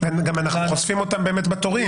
-- גם אנחנו חושפים אותם בתורים.